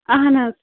اَہَن حظ